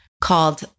called